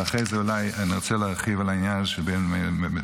ואחרי זה אני רוצה להרחיב על העניין הזה של בין המצרים.